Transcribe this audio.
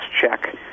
check